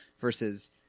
versus